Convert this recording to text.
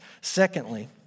Secondly